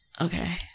Okay